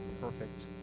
perfect